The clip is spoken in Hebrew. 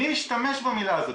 מי השתמש במילה הזאת?